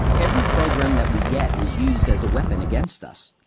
every program that we get is used as a weapon against us.